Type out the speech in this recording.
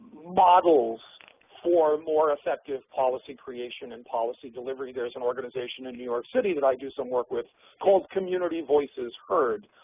models for more effective policy creation and policy delivery. there's an organization in new york city that i do some work with called community voices heard,